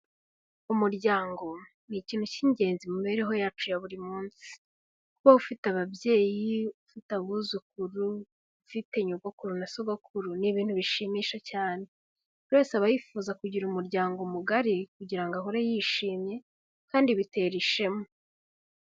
Umuryango ni ikintu cy'ingenzi mu mibereho yacu ya buri munsi. Kuba ufite ababyeyi, ufite abuzukuru, ufite nyogokuru na sogokuru, ni ibintu bishimisha cyane. Buri wese aba yifuza kugira umuryango mugari kugira ahore yishimye, kandi bitera ishema.